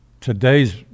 today's